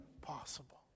possible